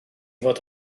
fod